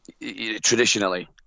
traditionally